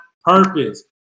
purpose